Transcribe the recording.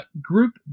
Group